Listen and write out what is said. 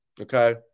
Okay